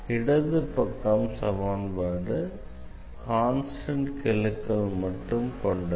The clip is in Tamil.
இடது பக்கம் சமன்பாடு கான்ஸ்டண்ட் கெழுக்கள் மட்டும் கொண்டது